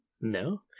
No